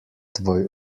tvoj